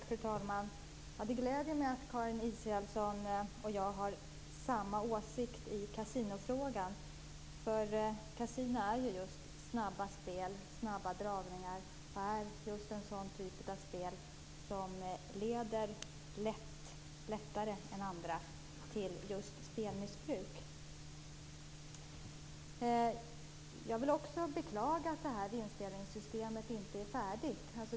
Fru talman! Det gläder mig att Karin Israelsson och jag har samma åsikt i kasinofrågan. Kasino innebär just snabba spel, snabba dragningar, och är just den typ av spel som lättare än andra leder till spelmissbruk. Jag vill beklaga att vinstdelningssystemet inte är färdigt.